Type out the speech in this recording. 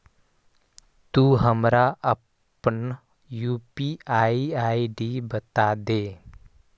तु हमरा अपन यू.पी.आई आई.डी बतादे